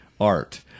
art